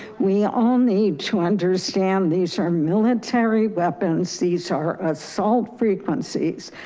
we all need to understand these are military weapons. these are assault frequencies.